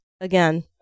again